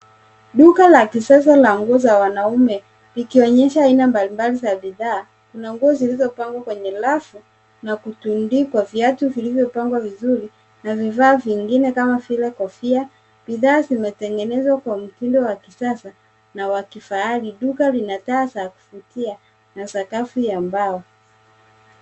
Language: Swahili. Duka la kisasa la nguo za wanaume, ikionyesha aina mbali mbali za bidhaa. Kuna nguo zilizopangwa kwenye rafu na kutundikwa, viatu vilivyopangwa vizuri na vifaa vingine kama kofia. Bidhaa zimetengenezwa kwa mtindo wa kisasa na wa kifahari. Duka lina taa za kuvutia na sakafu ya mbao.